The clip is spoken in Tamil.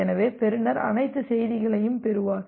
எனவே பெறுநர் அனைத்து செய்திகளையும் பெறுவார்